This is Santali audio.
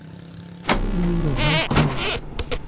ᱦᱩᱲᱩ ᱨᱚᱦᱚᱭ ᱠᱚ